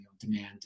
demand